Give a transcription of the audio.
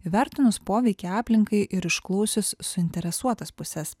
įvertinus poveikį aplinkai ir išklausius suinteresuotas puses